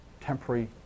temporary